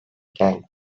gang